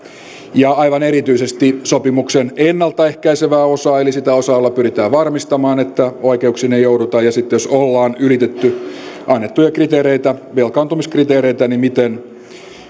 ja aivan erityisesti sopimuksen ennalta ehkäisevää osaa eli sitä osaa jolla pyritään varmistamaan että vaikeuksiin ei jouduta ja sitten jos ollaan ylitetty annettuja velkaantumiskriteereitä niin miten